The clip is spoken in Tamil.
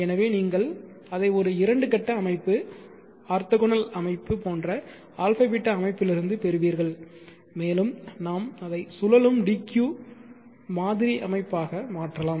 எனவே நீங்கள் அதை ஒரு இரண்டு கட்ட அமைப்பு ஆர்த்தோகனல் அமைப்பு போன்ற α β அமைப்பிலிருந்து பெறுவீர்கள் மேலும் நாம் அதை சுழலும் d q மாதிரி அமைப்பாக மாற்றலாம்